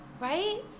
right